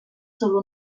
sobre